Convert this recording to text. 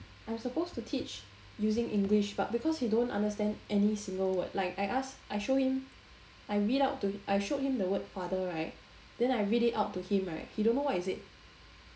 I'm supposed to teach using english but because he don't understand any single word like I ask I show him I read out to I showed him the word father right then I read it out to him right he don't know what is it